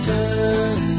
Turn